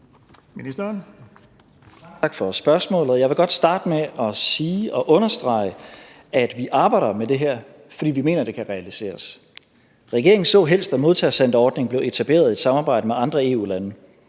Tak for spørgsmålet. Jeg vil godt starte med at understrege, at vi arbejder med det her, fordi vi mener, at det kan realiseres. Regeringen så helst, at modtagecenterordningen blev etableret i et samarbejde med andre EU-lande,